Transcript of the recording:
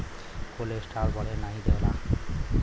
cholesterol बढ़े नाही देवला